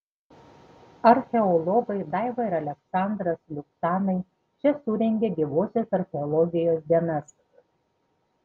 archeologai daiva ir aleksandras luchtanai čia surengė gyvosios archeologijos dienas